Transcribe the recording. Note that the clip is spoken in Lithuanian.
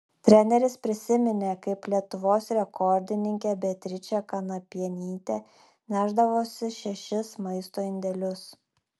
treneris prisiminė kaip lietuvos rekordininkė beatričė kanapienytė nešdavosi šešis maisto indelius